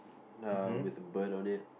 uh with a bird on it